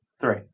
three